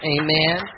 Amen